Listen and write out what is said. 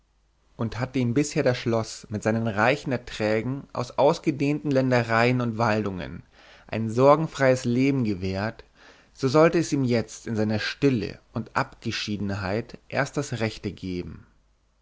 und hatte ihm bisher das schloß mit seinen reichen erträgen aus ausgedehnten ländereien und waldungen ein sorgenfreies leben gewährt so sollte es ihm jetzt in seiner stille und abgeschiedenheit erst das rechte geben